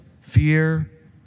fear